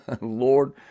Lord